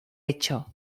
hecho